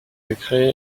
décret